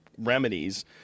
Remedies